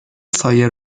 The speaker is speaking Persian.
سایه